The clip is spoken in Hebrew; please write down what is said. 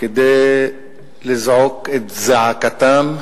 כדי לזעוק את זעקתם,